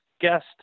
guest